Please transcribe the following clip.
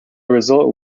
result